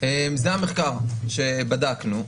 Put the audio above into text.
זה המחקר שעשינו.